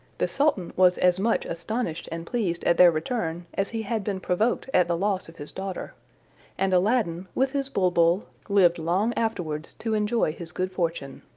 the sultan was as much astonished and pleased at their return, as he had been provoked at the loss of his daughter and aladdin, with his bulbul, lived long afterwards to enjoy his good fortune.